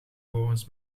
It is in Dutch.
volgens